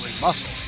muscle